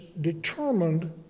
determined